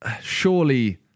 surely